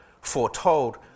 foretold